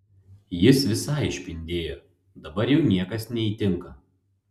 jis visai išpindėjo dabar jau niekas neįtinka